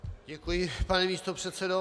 Děkuji, pane místopředsedo.